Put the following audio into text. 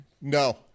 No